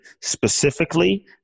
specifically